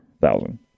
thousand